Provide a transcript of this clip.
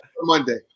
Monday